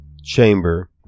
chamber